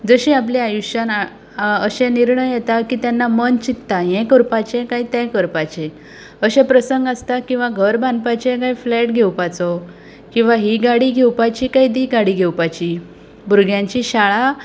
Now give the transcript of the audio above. जशी आपल्या आयुश्यांत अशे निर्णय येता की तेन्ना मन चित्ता हें करपाचें काय तें करपाचें अशे प्रसंग आसता किंवां घर बांदपाचें किंवां फ्लॅट घेवपाचो किंवां ही गाडी घेवपाची कांय ती गाडी घेवपाची भुरग्यांची शाळा